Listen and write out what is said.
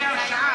בלי הרשעה,